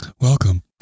welcome